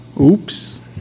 Oops